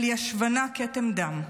על ישבנה כתם דם.